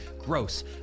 gross